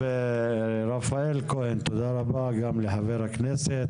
טוב, רפאל כהן תודה, ותודה רבה גם לחבר הכנסת.